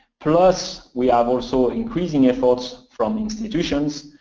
plus, we have also increasing efforts from institutions.